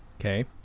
Okay